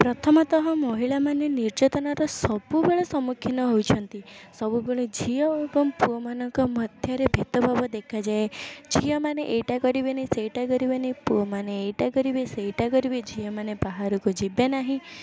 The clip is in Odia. ପ୍ରଥମତଃ ମହିଳାମାନେ ନିର୍ଯ୍ୟାତନାର ସବୁବେଳେ ସମ୍ମୁଖୀନ ହେଉଛନ୍ତି ସବୁବେଳେ ଝିଅ ଏବଂ ପୁଅମାନଙ୍କ ମଧ୍ୟରେ ଭେଦଭାବ ଦେଖାଯାଏ ଝିଅମାନେ ଏଇଟା କରିବେନି ସେଇଟା କରିବେନି ପୁଅମାନେ ଏଇଟା କରିବେ ସେଇଟା କରିବେ ଝିଅମାନେ ବାହାରକୁ ଯିବେ ନାହିଁ